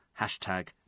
Hashtag